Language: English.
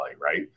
right